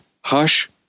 Hush